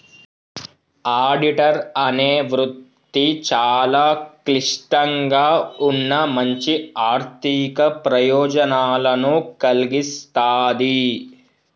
auditor అనే వృత్తి చాలా క్లిష్టంగా ఉన్నా మంచి ఆర్ధిక ప్రయోజనాలను కల్గిస్తాది